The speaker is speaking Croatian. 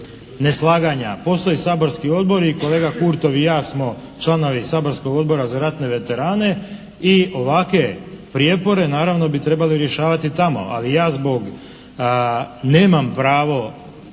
neslaganja. Postoje saborski odbori, kolega Kurtov i ja smo članovi saborskog Odbora za ratne veterane i ovakove prijepore naravno bi trebalo rješavati tamo. Ali ja zbog, nemam pravo